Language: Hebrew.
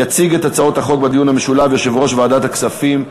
יציג את הצעות החוק בדיון המשולב יושב-ראש ועדת הכספים,